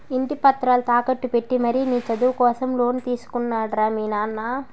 ఇంటి పత్రాలు తాకట్టు పెట్టి మరీ నీ చదువు కోసం లోన్ తీసుకున్నాడు రా మీ నాన్న